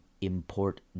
import